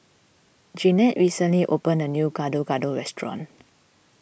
Jeanette recently opened a new Gado Gado restaurant